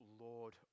Lord